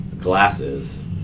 glasses